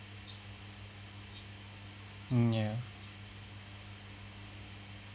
mm ya